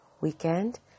weekend